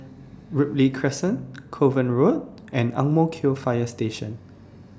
Ripley Crescent Kovan Road and Ang Mo Kio Fire Station